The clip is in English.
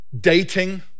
Dating